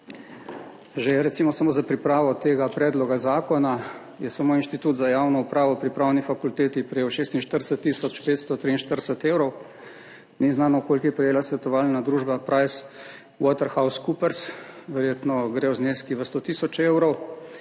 Recimo, že samo za pripravo tega predloga zakona je samo Inštitut za javno upravo pri Pravni fakulteti prejel 46 tisoč 543 evrov. Ni znano, koliko je prejela svetovalna družba PricewaterhouseCoopers, verjetno gredo zneski v 100 tisoč evrov.